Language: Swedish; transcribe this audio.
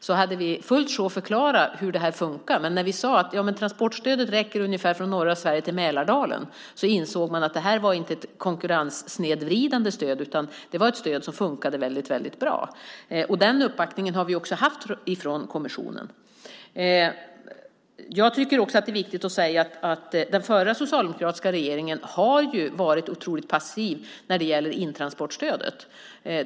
Då hade vi fullt sjå att förklara hur det här funkar, men när vi sade att transportstödet räcker ungefär från norra Sverige till Mälardalen så insåg man att det här inte var ett konkurrenssnedvridande stöd, utan det var ett stöd som funkade väldigt bra. Den uppbackningen har vi också haft från kommissionen. Det är viktigt att säga att den förra, socialdemokratiska, regeringen var oerhört passiv när det gällde intransportstödet.